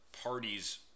parties